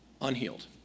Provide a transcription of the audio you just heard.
unhealed